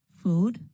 food